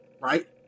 right